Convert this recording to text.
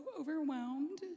overwhelmed